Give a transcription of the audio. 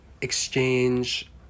exchange